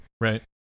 Right